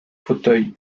fauteuil